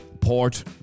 Port